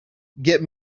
get